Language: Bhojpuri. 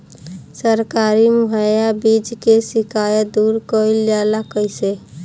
सरकारी मुहैया बीज के शिकायत दूर कईल जाला कईसे?